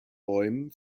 bäumen